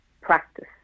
practice